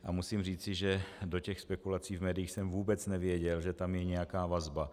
A musím říci, že do těch spekulací v médiích jsem vůbec nevěděl, že tam je nějaká vazba.